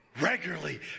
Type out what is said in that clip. regularly